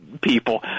people